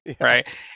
right